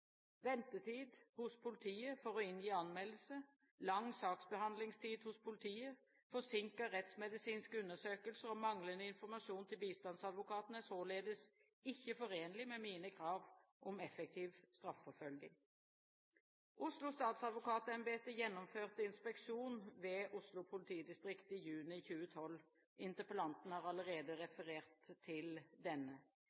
Ventetid hos politiet for å inngi anmeldelse, lang saksbehandlingstid hos politiet, forsinket rettsmedisinske undersøkelser og manglende informasjon til bistandsadvokaten er således ikke forenlig med mine krav om effektiv straffeforfølgning. Oslo statsadvokatembeter gjennomførte en inspeksjon ved Oslo politidistrikt i juni 2012. Interpellanten har allerede